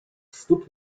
stóp